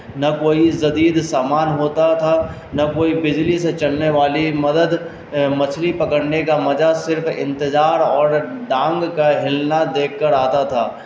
نہ کوئی جدید سامان ہوتا تھا نہ کوئی بجلی سے چلنے والی مدد مچھلی پکڑنے کا مجہ صرف انتظار اور ڈانگ کا ہلنا دیکھ کر آتا تھا